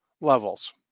levels